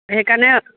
সেইকাৰণে